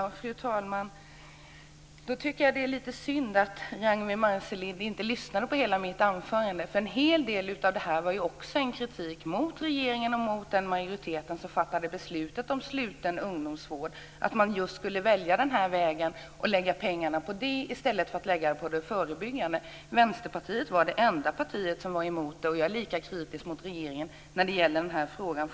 Fru talman! Jag tycker att det är lite synd att Ragnwi Marcelind inte lyssnade på hela mitt anförande. En hel del av det var ju också en kritik mot regeringen och den majoritet som fattade beslutet om sluten ungdomsvård och mot att man valde att lägga pengar på det i stället för att lägga dem på det förebyggande arbetet. Vänsterpartiet var det enda partiet som var emot detta. Jag är fortfarande lika kritisk mot regeringen i den här frågan.